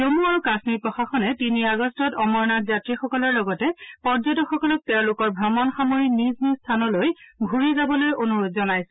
জম্মু আৰু কাশ্মীৰ প্ৰশাসনে তিনি আগষ্টত অমৰ নাথ যাত্ৰীসকলৰ লগতে পৰ্যটকসকলক তেওঁলোকৰ ভ্ৰমণ সামৰি নিজ নিজ স্থানলৈ ঘূৰি যাবলৈ অনুৰোধ জনাইছিল